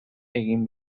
egin